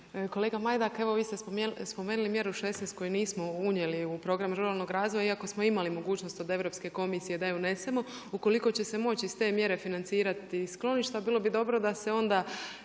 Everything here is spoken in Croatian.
Kolega Majdak, evo vi ste spomenuli mjeru 16. koju nismo unijeli u program ruralnog razvoja iako smo imali mogućnost od Europske komisije je unesemo. Ukoliko će se moći iz te mjere financirati skloništa, bilo bi dobro da se onda